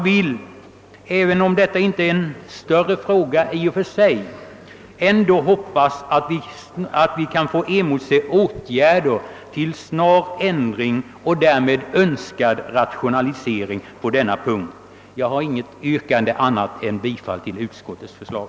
Även om ärendet i och för sig inte är någon större fråga hoppas jag ändå att vi kan få emotse åtgärder som medför en snar ändring och därmed önskad rationalisering på denna punkt. Jag har inget annat yrkande än om bifall till utskottets förslag.